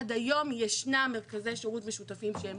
עד היום ישנם מרכזי שירות משותפים שהם